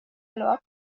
الوقت